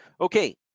Okay